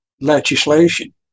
legislation